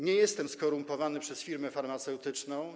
Nie jestem skorumpowany przez firmę farmaceutyczną.